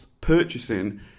purchasing